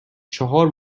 چهار